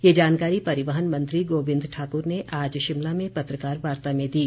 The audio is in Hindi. ये जानकारी परिवहन मंत्री गोबिंद ठाकुर ने आज शिमला में पत्रकार वार्ता में दी